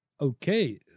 Okay